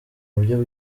uburyo